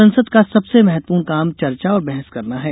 संसद का सबसे महत्वपूर्ण काम चर्चा और बहस करना है